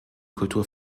kultur